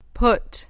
put